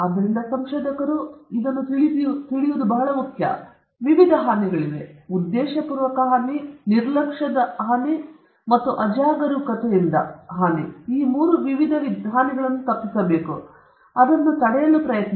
ಆದ್ದರಿಂದ ಸಂಶೋಧಕರು ಅದರ ಬಗ್ಗೆ ತಿಳಿದಿರುವುದು ಬಹಳ ಮುಖ್ಯ ಮತ್ತು ವಿವಿಧ ಹಾನಿಗಳಿವೆ ಉದ್ದೇಶಪೂರ್ವಕ ನಿರ್ಲಕ್ಷ್ಯ ಮತ್ತು ಅಜಾಗರೂಕತೆಯಿಂದ ನೀವು ಮೂರು ವಿಧದ ಹಾನಿಗಳನ್ನು ತಪ್ಪಿಸಬೇಕು ಮತ್ತು ಅದನ್ನು ತಡೆಯಲು ಪ್ರಯತ್ನಿಸಿ